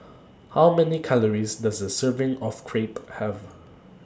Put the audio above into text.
How Many Calories Does A Serving of Crepe Have